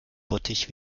bottich